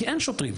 כי אין שוטרים.